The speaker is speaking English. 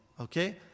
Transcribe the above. Okay